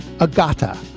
Agata